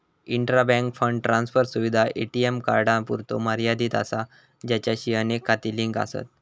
intra bank fund transfer सुविधा ATM कार्डांपुरतो मर्यादित असा ज्याचाशी अनेक खाती लिंक आसत